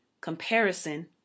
Comparison